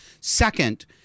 Second